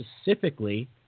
specifically